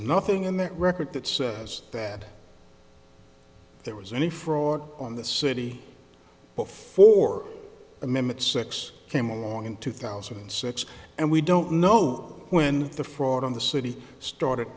nothing in the record that says that there was any fraud on the city but for a minute sex came along in two thousand and six and we don't know when the fraud on the city started